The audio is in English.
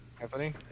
Anthony